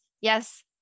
yes